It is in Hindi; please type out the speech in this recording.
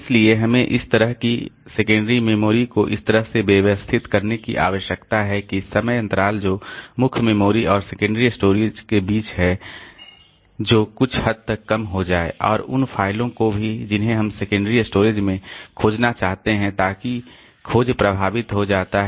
इसलिए हमें इस तरह की सेकेंडरी मेमोरी को इस तरह से व्यवस्थित करने की आवश्यकता है कि समय अंतराल जो मुख्य मेमोरी और सेकेंडरी स्टोरेज के बीच है जो कुछ हद तक कम हो जाए और उन फाइलों को भी जिन्हें हम सेकेंडरी स्टोरेज में खोजना चाहते हैं ताकि कि खोज प्रभावी हो जाता है